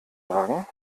wagen